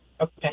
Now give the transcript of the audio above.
Okay